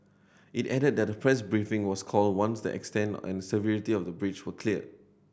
it added that a press briefing was called once the extent and severity of the breach were clear